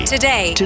Today